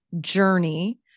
journey